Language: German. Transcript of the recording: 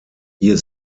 hier